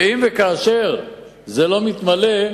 ואם וכאשר זה לא מתמלא,